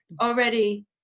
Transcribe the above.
already